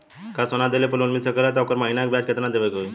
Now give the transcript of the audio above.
का सोना देले पे लोन मिल सकेला त ओकर महीना के ब्याज कितनादेवे के होई?